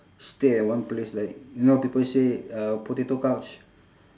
stay at one place like you know people say uh potato couch